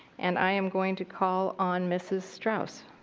and i am going to call on mrs. strauss.